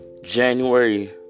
January